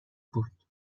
بود